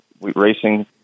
racing